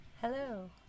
Hello